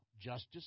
justice